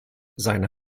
seine